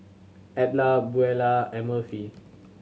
Edla Beulah and Murphy